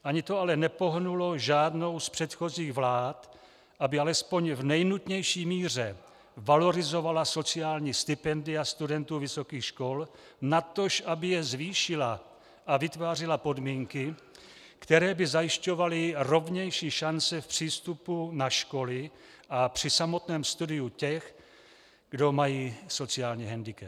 Ani to ale nepohnulo žádnou z předchozích vlád, aby alespoň v nejnutnější míře valorizovala sociální stipendia studentů vysokých škol, natož aby je zvýšila a vytvářela podmínky, které by zajišťovaly rovnější šance v přístupu na školy a při samotném studiu těch, kdo mají sociální hendikep.